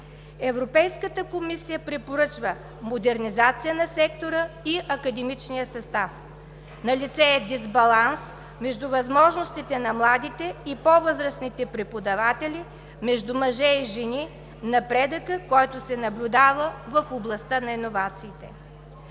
Европейската комисия препоръчва модернизация на сектора и академичния състав. Налице е дисбаланс между възможностите на младите и по-възрастните преподаватели, между мъже и жени, напредъкът, който се наблюдава в областта на иновациите.